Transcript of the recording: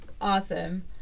awesome